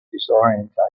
disorientation